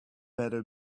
better